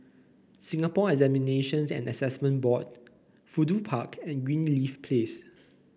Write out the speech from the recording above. Singapore Examinations and Assessment Board Fudu Park and Greenleaf Place